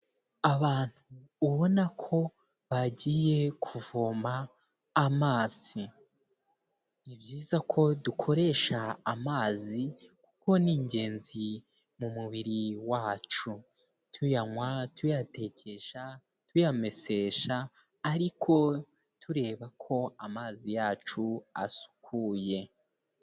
Abantu ubona ko bagiye kuvoma amazi. Ni byiza ko dukoresha amazi kuko ni ingenzi mu mubiri wacu. Tuyanywa, tuyatekesha, tuyamesesha, ariko tureba ko amazi yacu asukuye.